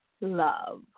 Love